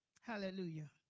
Hallelujah